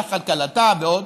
לכלכלתה ועוד,